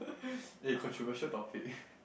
eh controversial topic